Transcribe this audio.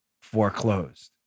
foreclosed